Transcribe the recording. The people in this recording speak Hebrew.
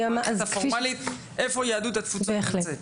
המערכת הפורמלית, איפה יהדות התפוצות נמצאת?